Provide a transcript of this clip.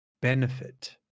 benefit